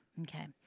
Okay